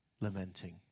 lamenting